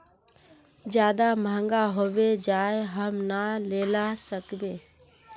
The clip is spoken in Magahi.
ज्यादा महंगा होबे जाए हम ना लेला सकेबे?